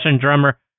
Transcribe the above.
drummer